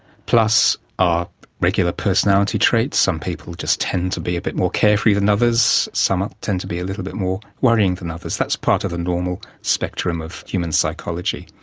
plus ah regular personality treats some people just tend to be a bit more carefree than others, some ah tend to be a little bit more worrying than others. that's part of the normal spectrum of human psychology.